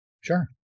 Sure